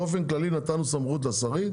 באופן כללי נתנו סמכות לשרים,